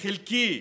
חלקי,